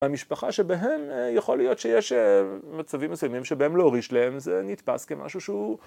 המשפחה שבהם יכול להיות שיש מצבים מסוימים שבהם לא הוריש להם, זה נתפס כמשהו שהוא